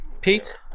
Pete